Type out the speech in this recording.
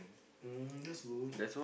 mm that's good